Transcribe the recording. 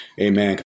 amen